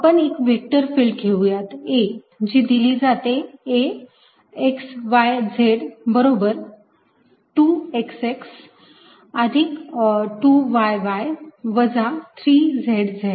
आपण एक vector field घेऊयात A जी दिली जाते A x y z बरोबर 2 x x अधिक 2 y y वजा 3 z z